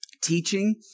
teaching